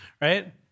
right